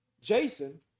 Jason